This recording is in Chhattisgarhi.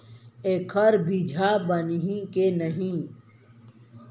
एखर बीजहा बनही के नहीं?